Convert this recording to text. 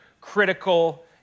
critical